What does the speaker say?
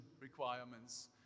requirements